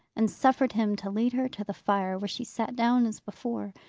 and suffered him to lead her to the fire, where she sat down as before.